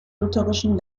lutherischen